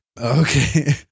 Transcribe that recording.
Okay